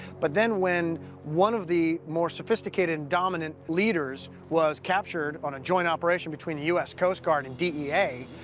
but then, when one of the more sophisticated, dominant leaders was captured on a joint operation between the u s. coast guard and d e a.